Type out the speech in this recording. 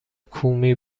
کومی